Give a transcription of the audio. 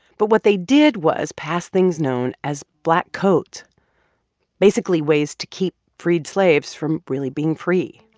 but what they did was pass things known as black codes basically, ways to keep freed slaves from really being free,